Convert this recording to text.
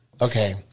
Okay